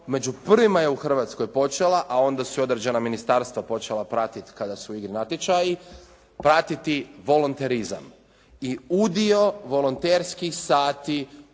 među prvima je u Hrvatskoj počela, a onda su određena ministarstva počela pratiti kada su i natječaji pratiti volonterizam. I udio volonterskih sati